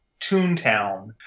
toontown